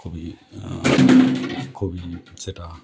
খুবই খুবই সেটা